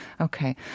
Okay